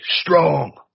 strong